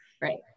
Right